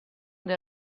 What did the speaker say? del